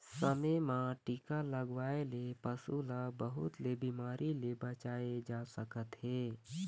समे म टीका लगवाए ले पशु ल बहुत ले बिमारी ले बचाए जा सकत हे